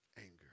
anger